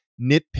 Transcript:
nitpick